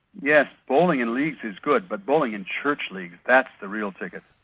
yes, bowling in leagues is good, but bowling in church leagues, that's the real ticket.